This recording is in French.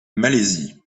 malaisie